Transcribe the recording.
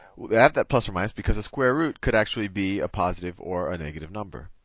that that plus or minus because a square root could actually be a positive or a negative number.